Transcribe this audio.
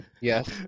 yes